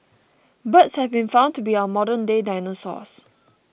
birds have been found to be our modernday dinosaurs